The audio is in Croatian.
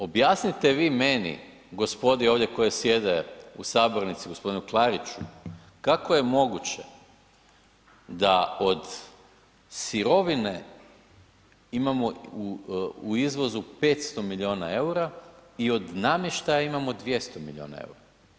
Objasnite vi meni i gospodi ovdje koja sjede u sabornici, g. Klariću, kako je moguće da od sirovine imamo u izvozu imamo 500 milijuna eura i od namještaja imamo 200 milijuna eura?